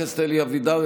חבר הכנסת אלי אבידר,